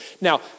Now